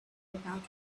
without